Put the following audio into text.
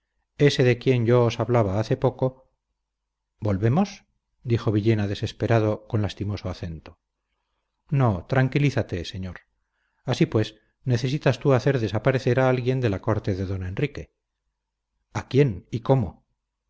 ése de quien yo os hablaba hace poco volvemos dijo villena desesperado con lastimoso acento no tranquilízate señor así pues necesitas tú hacer desaparecer a alguien de la corte de don enrique a quién y cómo